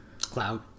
Cloud